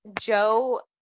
Joe